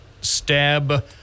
stab